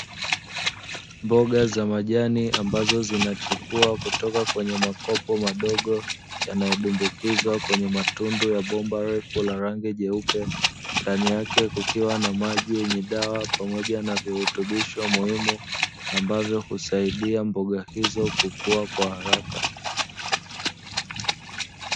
Mboga za majani ambazo zinachipua kutoka kwenye makopo madogo yanayodumbukizwa kwenye matundu ya bomba refu la rangi jeupe. Ndani yake kukiwa na maji yenye dawa pamoja na virutubisho muhimu, ambavyo husaidia mboga hizo kukua kwa haraka.